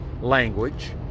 language